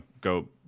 go